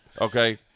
okay